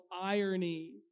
irony